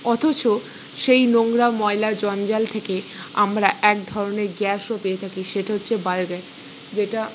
অথচ সেই নোংরা ময়লা জঞ্জাল থেকে আমরা এক ধরনের গ্যাসও পেয়ে থাকি সেটা হচ্ছে বায়োগ্যাস যেটা